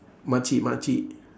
makcik makcik